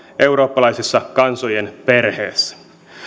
eurooppalaisessa kansojen perheessä